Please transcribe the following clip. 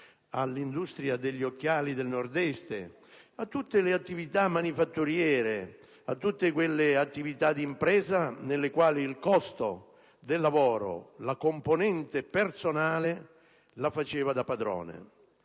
all'industria degli occhiali del Nord-Est, a tutte le attività manifatturiere ed a tutte quelle attività di impresa nelle quali il costo del lavoro e la componente personale la facevano da padrone.